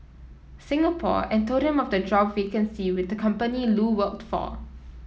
Singapore and told him of the job vacancy with the company Lu worked for